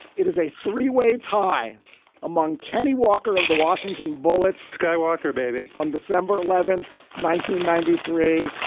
it is a three way tie among kenny walker of the washington bullets skywalker baby on december eleventh. nineteen ninety three.